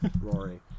Rory